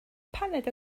paned